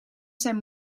zijn